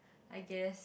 I guess